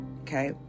Okay